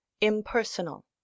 impersonal